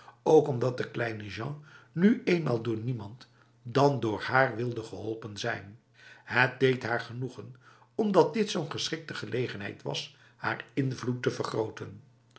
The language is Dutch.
ook omdat de kleine jean nu eenmaal door niemand dan door haar wilde geholpen zijn het deed haar genoegen omdat dit zo'n geschikte gelegenheid was haar invloed te vergroten